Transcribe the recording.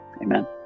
amen